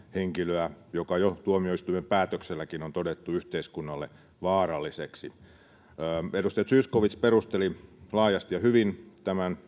henkilöä joka jo tuomioistuimen päätökselläkin on todettu yhteiskunnalle vaaralliseksi edustaja zyskowicz perusteli laajasti ja hyvin